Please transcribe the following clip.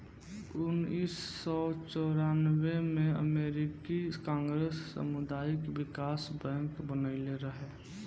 उनऽइस सौ चौरानबे में अमेरिकी कांग्रेस सामुदायिक बिकास बैंक बनइले रहे